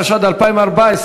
התשע"ד 2014,